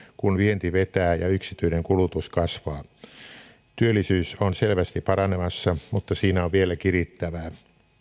kun vienti vetää ja yksityinen kulutus kasvaa työllisyys on selvästi paranemassa mutta siinä on vielä kirittävää